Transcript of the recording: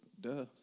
Duh